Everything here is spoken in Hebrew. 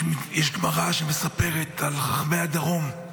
יש גמרא שמספרת על חכמי הדרום,